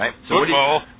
Football